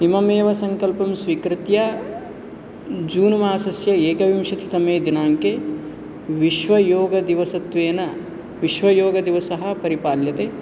इमम् एव सङ्कल्पं स्वीकृत्य जून् मासस्य एकविंशतितमे दिनाङ्के विश्वयोगदिवसत्वेन विश्वयोगदिवसः परिपाल्यते